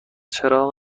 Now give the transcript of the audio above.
چراغ